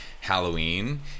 Halloween